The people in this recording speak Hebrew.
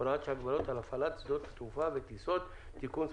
(הוראת שעה) (הגבלות על הפעלת שדות תעופה וטיסות) (תיקון מס'